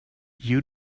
you